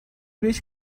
بهش